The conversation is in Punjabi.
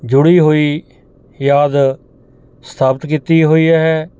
ਜੁੜੀ ਹੋਈ ਯਾਦ ਸਥਾਪਿਤ ਕੀਤੀ ਹੋਈ ਹੈ